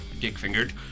dick-fingered